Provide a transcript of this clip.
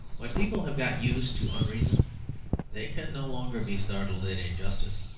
when people have got used to unreason they can no longer be startled at injustice.